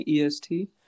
EST